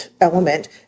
element